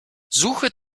suche